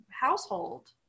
household